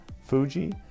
Fuji